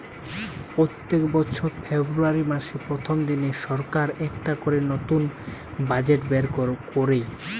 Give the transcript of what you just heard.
পোত্তেক বছর ফেব্রুয়ারী মাসের প্রথম দিনে সরকার একটা করে নতুন বাজেট বের কোরে